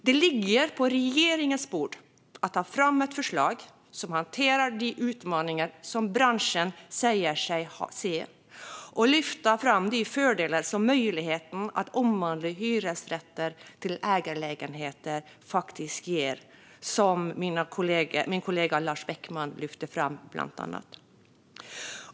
Det ligger på regeringens bord att ta fram ett förslag som hanterar de utmaningar som branschen säger sig se och lyfta fram de fördelar som möjligheten att omvandla hyresrätter till ägarlägenheter faktiskt ger, fördelar som bland andra min kollega Lars Beckman lyfter fram.